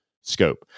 scope